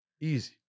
Easy